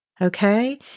okay